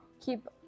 keep